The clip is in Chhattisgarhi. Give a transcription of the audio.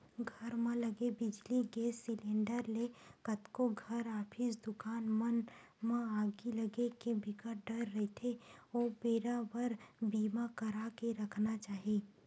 घर म लगे बिजली, गेस सिलेंडर ले कतको घर, ऑफिस, दुकान मन म आगी लगे के बिकट डर रहिथे ओ बेरा बर बीमा करा के रखना चाही